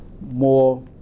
more